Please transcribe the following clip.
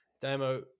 demo